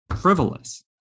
frivolous